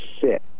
sit